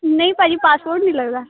ਨਹੀਂ ਭਾਜੀ ਪਾਸਪੋਰਟ ਨਹੀਂ ਲੱਗਦਾ